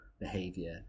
behavior